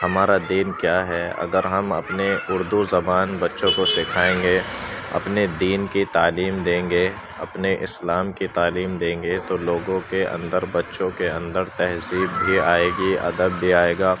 ہمارا دین کیا ہے اگر ہم اپنے اُردو زبان بچوں کو سکھائیں گے اپنے دین کی تعلیم دیں گے اپنے اسلام کی تعلیم دیں گے تو لوگوں کے اندر بچوں کے اندر تہذیب بھی آئے گی ادب بھی آئے گا